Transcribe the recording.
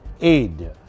aid